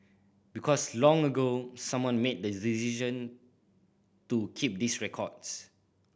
because long ago someone made the decision to keep these records